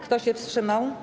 Kto się wstrzymał?